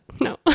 No